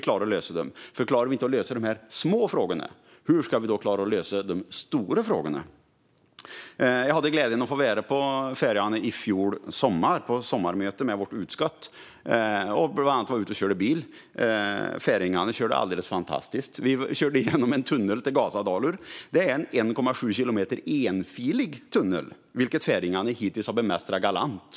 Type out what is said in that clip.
Klarar vi inte att lösa de här små frågorna, hur ska vi då klara att lösa de stora frågorna? Jag hade glädjen att få vara på Färöarna förra sommaren på ett sommarmöte med vårt utskott. Vi var bland annat ute och körde bil. Färingarna körde alldeles fantastiskt. Vi körde igenom en tunnel till Gásadalur. Det är en 1,7 kilometer enfilig tunnel, vilket färingarna hittills har bemästrat galant.